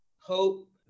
Hope